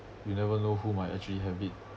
you never know whom I actually have meet